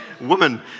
Woman